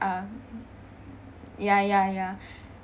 um ya ya ya